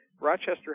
Rochester